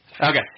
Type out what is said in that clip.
Okay